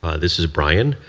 this is brian.